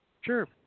sure